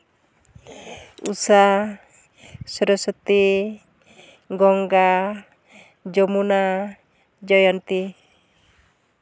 Usha Saraswati Ganga Jamuna Jayanti